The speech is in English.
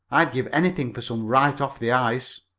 i'd give anything for some right off the ice.